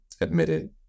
admitted